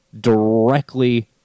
directly